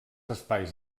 espais